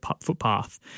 footpath